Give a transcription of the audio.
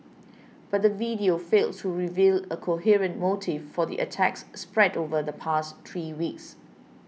but the video failed to reveal a coherent motive for the attacks spread over the past three weeks